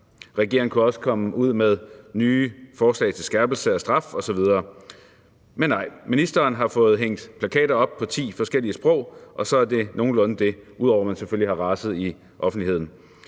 Regeringen kunne også komme ud med nye forslag til skærpelse af straf osv. Men nej, ministeren har fået hængt plakater op på ti forskellige sprog, og så er det nogenlunde det, ud over at man selvfølgelig har raset i offentligheden.